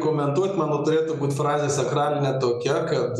komentuot mano turėtų būt frazė sakraline tokia kad